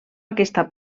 aquesta